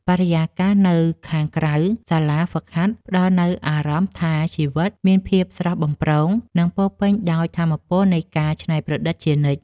បរិយាកាសនៅខាងក្រៅសាលហ្វឹកហាត់ផ្ដល់នូវអារម្មណ៍ថា ជីវិតមានភាពស្រស់បំព្រង និងពោរពេញដោយថាមពលនៃការច្នៃប្រឌិតជានិច្ច។